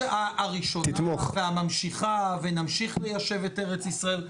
הראשונה והממשיכה ונמשיך ליישב את ארץ ישראל.